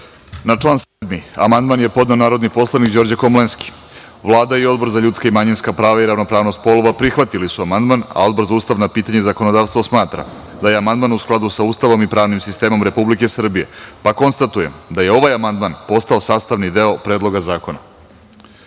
član 7. amandman je podneo narodni poslanik Đorđe Komlenski. Vlada i Odbor za ljudska i manjinska prava i ravnopravnog polova prihvatili su amandman, a Odbor za ustavna pitanja i zakonodavstvo smatra da je amandman u skladu sa Ustavom i pravnim sistemom Republike Srbije. Konstatujem da je ovaj amandman postao sastavni deo Predloga zakona. Reč